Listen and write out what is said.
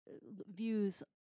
views